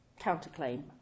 counterclaim